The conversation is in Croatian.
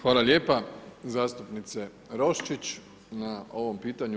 Hvala lijepa zastupnice Roščić na ovom pitanju.